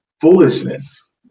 foolishness